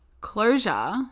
closure